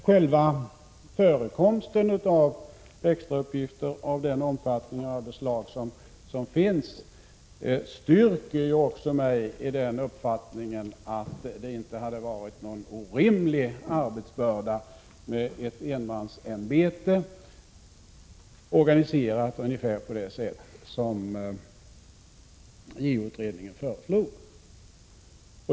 Själva förekomsten av extrauppgifter av den omfattningen och det slag som finns styrker mig i den uppfattningen att arbetsbördan inte hade varit orimlig för ett enmansämbete organiserat ungefär på det sätt som JO-utredningen föreslog.